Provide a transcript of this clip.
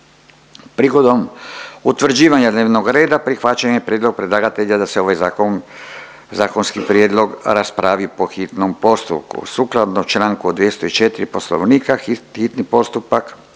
Prigodom utvrđivanja dnevnog reda, prihvaćen je prijedlog predlagatelj da se ovaj zakon zakonski prijedlog raspravi po hitnom postupku, sukladno čl. 204 Poslovnika, hitni postupak